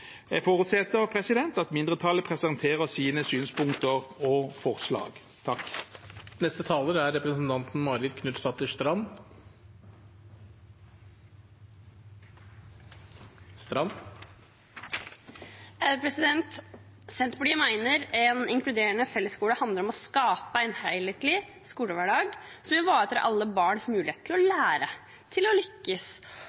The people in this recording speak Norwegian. Jeg forutsetter at mindretallet presenterer sine synspunkter og forslag. Senterpartiet mener en inkluderende fellesskole handler om å skape en helhetlig skolehverdag som ivaretar alle barns mulighet til å